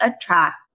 attract